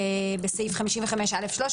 בסעיף 55א13,